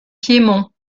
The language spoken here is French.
piémont